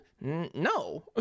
No